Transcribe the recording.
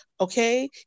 Okay